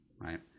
right